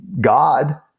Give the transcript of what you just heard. God